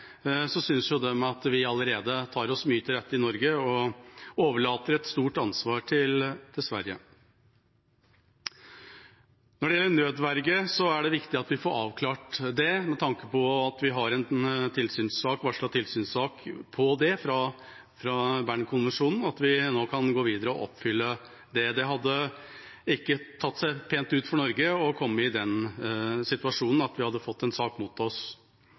at vi allerede tar oss mye til rette i Norge og overlater et stort ansvar til Sverige. Når det gjelder nødverge, er det viktig at vi får avklart det med tanke på at vi har en varslet tilsynssak om det fra Bernkonvensjonen, at vi kan gå videre og oppfylle det. Det hadde ikke tatt seg pent ut for Norge å komme i den situasjonen at vi hadde fått en sak mot oss.